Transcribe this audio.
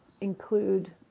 include